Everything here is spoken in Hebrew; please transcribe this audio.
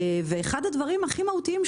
אחד הדברים הכי מהותיים,